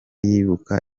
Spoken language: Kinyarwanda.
yibuka